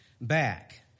back